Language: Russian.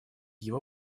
его